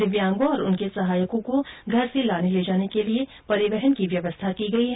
दिव्यांगों और उनके सहायकों को घर से लाने ले जाने के लिए भी परिवहन की व्यवस्था की गई है